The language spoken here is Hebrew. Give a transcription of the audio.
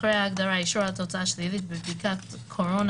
אחרי ההגדרה "אישור על תוצאה שלילית בבדיקת קורונה